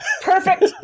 Perfect